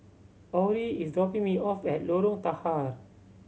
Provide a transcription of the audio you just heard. Orie is dropping me off at Lorong Tahar